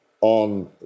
on